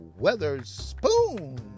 weatherspoon